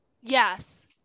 Yes